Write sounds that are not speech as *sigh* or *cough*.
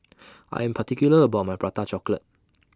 *noise* I Am particular about My Prata Chocolate